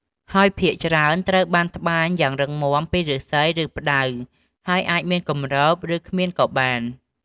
ហើយភាគច្រើនត្រូវបានត្បាញយ៉ាងរឹងមាំពីឫស្សី ឬផ្តៅ ហើយអាចមានគម្រប ឬគ្មានក៏បាន។